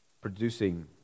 producing